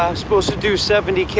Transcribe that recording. um supposed to do seventy